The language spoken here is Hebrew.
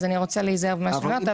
אז אני רוצה להיזהר במה שאני אומרת.